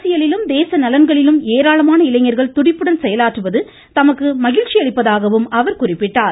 அரசியலிலும் தேச நலன்களிலும் ஏராளமான இளைஞர்கள் துடிப்புடன் செயலாற்றுவது தமக்கு மகிழ்ச்சி அளிப்பதாகவும் அவர் குறிப்பிட்டார்